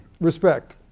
respect